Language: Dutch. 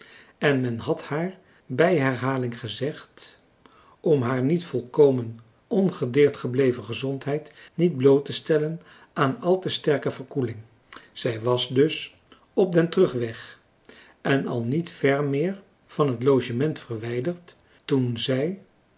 en men had haar bij herhaling gezegd om haar niet volkomen ongedeerd gebleven gezondheid niet bloot te stellen aan al te sterke verkoeling zij was dus op den terugweg en al niet ver meer van het logement verwijderd toen zij